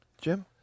Jim